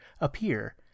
appear